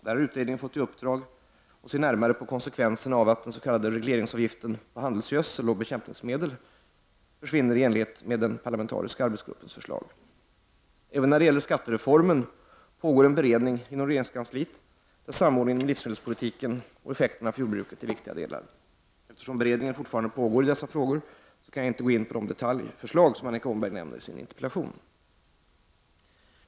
Där har utredningen fått i uppdrag att se närmare på konsekvenserna av att den s.k. regleringsavgiften på handelsgödsel och bekämpningsmedel försvinner i enlighet med den parlamenarbetsgruppens förslag. Aven när det gäller skattereformen pågår en beredning inom regeringskansliet, där samordningen med livsmedelspolitiken och effekterna för jordbruket är viktiga delar. Eftersom beredningen fortfarande pågår i dessa frågor kan jag inte gå in på de detaljförslag som Annika Åhnberg nämner i sin interpellation.